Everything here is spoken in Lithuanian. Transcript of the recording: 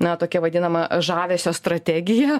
na tokią vadinamą žavesio strategiją